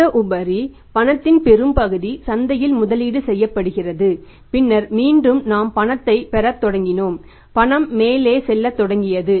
இந்த உபரி பணத்தின் பெரும்பகுதி சந்தையில் முதலீடு செய்யப்படுகிறது பின்னர் மீண்டும் நாம் பணத்தைப் பெறத் தொடங்கினோம் பணம் மேலே செல்லத் தொடங்கியது